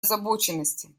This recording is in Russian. озабоченности